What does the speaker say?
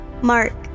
Mark